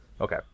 Okay